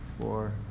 four